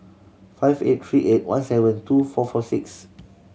five eight three eight one seven two four four six